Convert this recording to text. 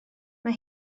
mae